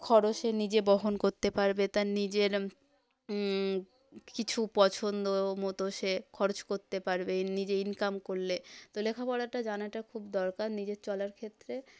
খরচ সে নিজে বহন করতে পারবে তার নিজের কিছু পছন্দমতো সে খরচ করতে পারবে নিজে ইনকাম করলে তো লেখাপড়াটা জানাটা খুব দরকার নিজের চলার ক্ষেত্রে